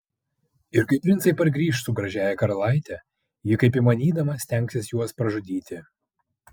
ir kai princai pargrįš su gražiąja karalaite ji kaip įmanydama stengsis juos pražudyti